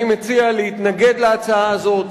אני מציע להתנגד להצעה הזאת,